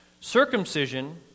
Circumcision